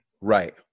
right